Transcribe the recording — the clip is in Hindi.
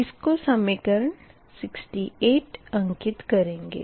इसको समीकरण 68 अंकित करेंगे